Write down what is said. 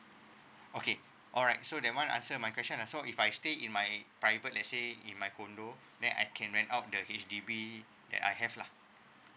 okay alright so that [one] answer my question lah so if I stay in my private let say in my condo then I can rent out the H_D_B that I have lah